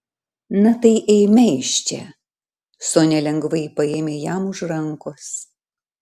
na tai eime iš čia sonia lengvai paėmė jam už rankos